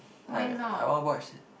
I I want watch